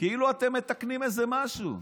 כאילו אתם מתקנים איזה משהו?